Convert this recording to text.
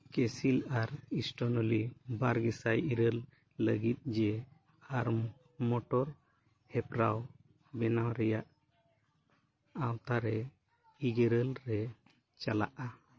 ᱠᱮᱥᱤᱞ ᱟᱨ ᱥᱴᱳᱱᱚᱞᱤ ᱵᱟᱨ ᱜᱮᱥᱟᱭ ᱤᱨᱟᱹᱞ ᱞᱟᱹᱜᱤᱫ ᱡᱮ ᱟᱨ ᱢᱚᱴᱳ ᱦᱮᱯᱨᱟᱣ ᱵᱮᱱᱟᱣ ᱨᱮᱭᱟᱜ ᱟᱣᱛᱟ ᱨᱮ ᱤᱨᱟᱹᱞ ᱨᱮ ᱪᱟᱞᱟᱜᱼᱟ